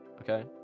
okay